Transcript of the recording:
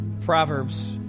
Proverbs